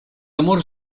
amor